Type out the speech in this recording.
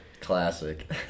Classic